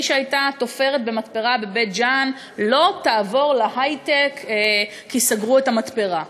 מי שהייתה תופרת במתפרה בבית-ג'ן לא תעבור להיי-טק כי סגרו את המתפרה,